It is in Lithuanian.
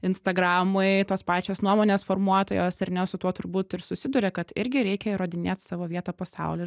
instagramai tos pačios nuomonės formuotojos ar ne su tuo turbūt ir susiduria kad irgi reikia įrodinėt savo vietą pasauly